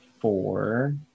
Four